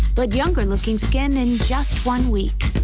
but younger looking skin in just one week.